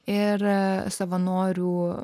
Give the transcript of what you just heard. ir savanorių